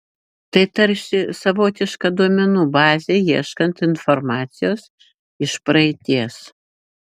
tai tarsi savotiška duomenų bazė ieškant informacijos iš praeities